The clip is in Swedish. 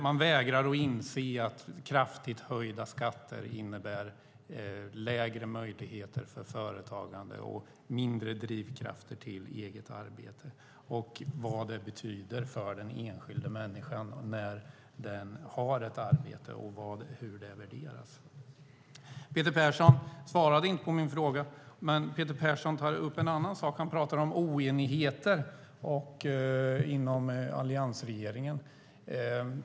Man vägrar att inse att kraftigt höjda skatter innebär lägre möjligheter för företagande och mindre drivkrafter till eget arbete liksom vad det betyder för den enskilda människan när den har ett arbete och hur det värderas. Peter Persson svarade inte på min fråga, men Peter Persson tar upp en annan sak. Han pratar om oenigheter inom alliansregeringen.